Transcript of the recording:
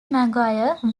maguire